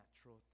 natural